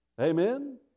Amen